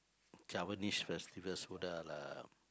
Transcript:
Javanese festivals sudah lah